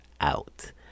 out